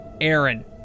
Aaron